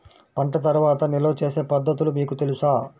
పంట తర్వాత నిల్వ చేసే పద్ధతులు మీకు తెలుసా?